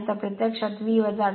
तर हे प्रत्यक्षात V 18